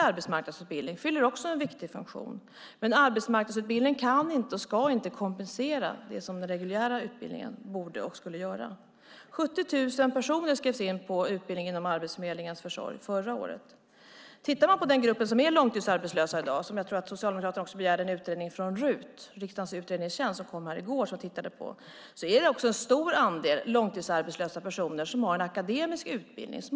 Arbetsmarknadsutbildning fyller också en viktig funktion. Arbetsmarknadsutbildning kan inte, och ska inte, kompensera det som den reguljära utbildningen borde och skulle göra. 70 000 personer skrevs in på utbildning inom Arbetsförmedlingens försorg förra året. Om man tittar på gruppen långtidsarbetslösa i dag - Socialdemokraterna begärde en utredning från RUT, riksdagens utredningstjänst, som kom i går - finns också en stor andel personer som har en akademisk utbildning.